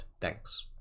Thanks